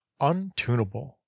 untunable